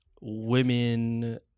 women